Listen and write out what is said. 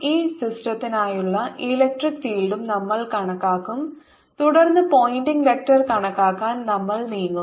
ഈ സിസ്റ്റത്തിനായുള്ള ഇലക്ട്രിക് ഫീൽഡും നമ്മൾ കണക്കാക്കും തുടർന്ന് പോയിന്റിംഗ് വെക്റ്റർ കണക്കാക്കാൻ നമ്മൾ നീങ്ങും